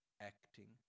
acting